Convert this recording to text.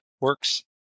Works